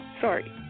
Sorry